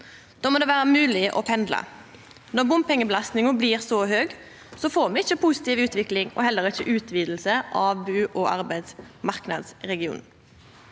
Då må det vera mogleg å pendla. Når bompengebelastninga blir så høg, får me ikkje positiv utvikling og heller ikkje utviding av bu- og arbeidsmarknadsregionen.